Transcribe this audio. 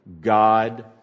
God